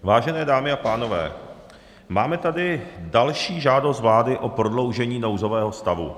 Vážené dámy a pánové, máme tady další žádost vlády o prodloužení nouzového stavu.